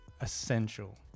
essential